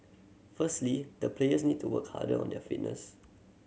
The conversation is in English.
firstly the players need to work harder on their fitness